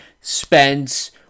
Spence